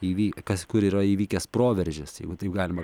įvykę kas kur yra įvykęs proveržis jeigu taip galima